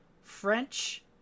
French